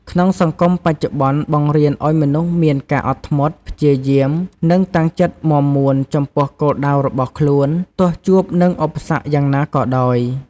ក្នុងសង្គមបច្ចុប្បន្ន បង្រៀនឱ្យមនុស្សមានការអត់ធ្មត់ ព្យាយាម និងតាំងចិត្តមាំមួនចំពោះគោលដៅរបស់ខ្លួន ទោះជួបនឹងឧបសគ្គយ៉ាងណាក៏ដោយ។